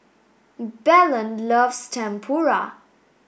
Belen loves Tempura